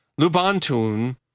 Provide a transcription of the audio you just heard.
Lubantun